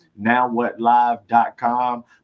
nowwhatlive.com